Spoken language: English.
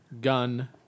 Gun